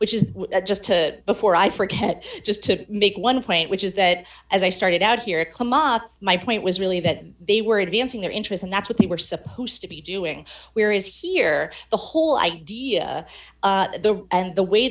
which is just to before i forget just to make one point which is that as i started out here come up my point was really that they were advancing their interest and that's what they were supposed to be doing where is here the whole idea the the way the